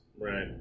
Right